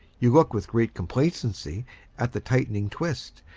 you look with great complacency at the tightening twist,